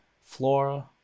Flora